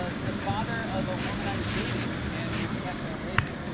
ah the father of a woman i was dating and his pet goat raisin.